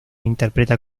interpreta